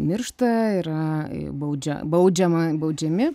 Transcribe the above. miršta yra baudžia baudžiama baudžiami